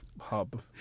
hub